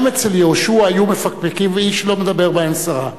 גם אצל יהושע היו מפקפקים, ואיש לא מדבר בהם סרה.